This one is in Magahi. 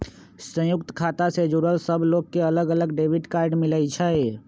संयुक्त खाता से जुड़ल सब लोग के अलग अलग डेबिट कार्ड मिलई छई